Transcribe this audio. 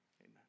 amen